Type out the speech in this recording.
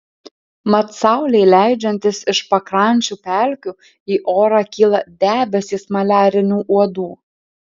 mat saulei leidžiantis iš pakrančių pelkių į orą kyla debesys maliarinių uodų